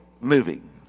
moving